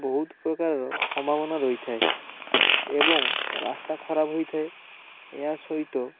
ବହୁତ ପ୍ରକାରର ସମ୍ଭାବନା ରହିଥାଏ ଏବଂ ରାସ୍ତା ଖରାପ ହୋଇଥାଏ ଏହା ସହିତ